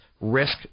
risk